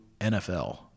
NFL